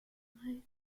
mae